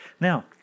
Now